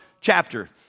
chapter